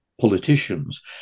politicians